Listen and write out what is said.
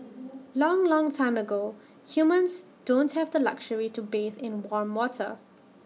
long long time ago humans don't have the luxury to bathe in warm water